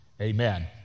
amen